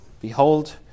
Behold